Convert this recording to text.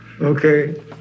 Okay